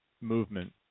movement